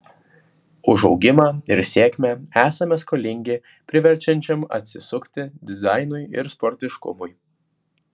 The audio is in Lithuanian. už augimą ir sėkmę esame skolingi priverčiančiam atsisukti dizainui ir sportiškumui